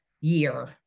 year